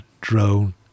drone